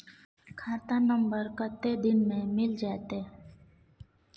खाता नंबर कत्ते दिन मे मिल जेतै?